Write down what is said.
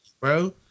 Bro